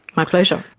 my pleasure.